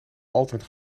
altijd